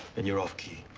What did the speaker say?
and you're off-key.